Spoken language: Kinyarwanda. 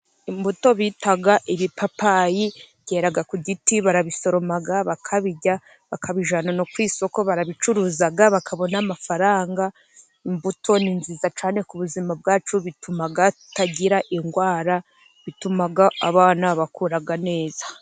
imbuto bitaga ibipapayi byera ku giti barabisoroma bakabijya, bakabijyana ku isoko barabicuruza bakabona amafaranga, imbuto nini nziza cyane ku buzima bwacu, bituma tutagira indwara bituma abana bakura neza.